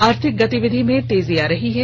आर्थिक गतिविधि में तेजी आ रही है